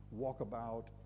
Walkabout